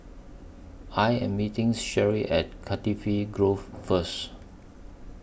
I Am meeting Sherry At Cardifi E Grove First